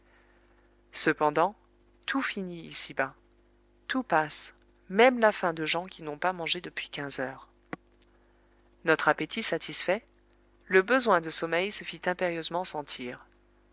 cependant tout finit ici-bas tout passe même la faim de gens qui n'ont pas mangé depuis quinze heures notre appétit satisfait le besoin de sommeil se fit impérieusement sentir